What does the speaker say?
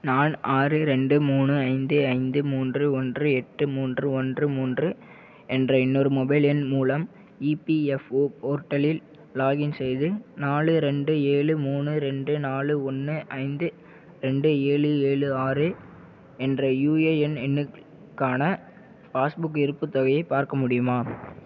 நான் ஆறு ரெண்டு மூணு ஐந்து ஐந்து மூன்று ஒன்று எட்டு மூன்று ஒன்று மூன்று என்ற இன்னொரு மொபைல் எண் மூலம் இபிஎஃப்ஓ போர்ட்டலில் லாக்இன் செய்து நாலு ரெண்டு ஏலு மூணு ரெண்டு நாலு ஒன்று ஐந்து ரெண்டு ஏழு ஏழு ஆறு என்ற யுஏஎன் எண்ணுக்கான பாஸ்புக் இருப்புத் தொகையைப் பார்க்க முடியுமா